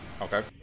Okay